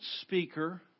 speaker